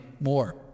more